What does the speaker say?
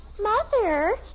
Mother